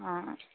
आं